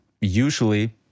usually